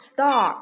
Star